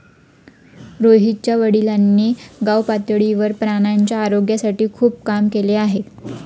रोहितच्या वडिलांनी गावपातळीवर प्राण्यांच्या आरोग्यासाठी खूप काम केले आहे